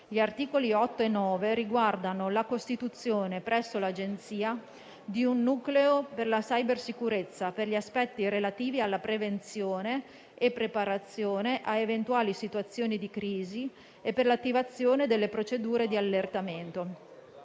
Gli articoli 8 e 9 riguardano la costituzione, presso l'Agenzia, di un nucleo per la cybersicurezza per gli aspetti relativi alla prevenzione e alla preparazione a eventuali situazioni di crisi e per l'attivazione delle procedure di allertamento.